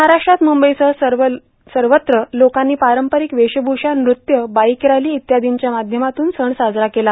महाराष्ट्रात मुंबईसह सर्वत्र लोकांनी पारंपरिक वेशभूषा नृत्य बाईक रॅली इत्यादींच्या माध्यमातून सण साजरा केला